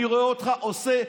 אני רואה אותך עושה,